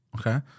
okay